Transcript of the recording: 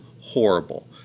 horrible